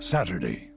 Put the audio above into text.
Saturday